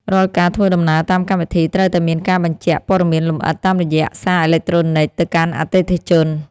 រាល់ការធ្វើដំណើរតាមកម្មវិធីត្រូវតែមានការបញ្ជាក់ព័ត៌មានលម្អិតតាមរយៈសារអេឡិចត្រូនិកទៅកាន់អតិថិជន។